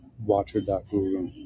Watcher.Guru